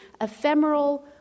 ephemeral